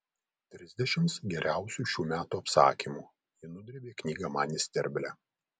trisdešimt geriausių šių metų apsakymų ji nudrėbė knygą man į sterblę